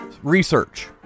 Research